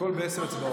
הכול בעשר אצבעות.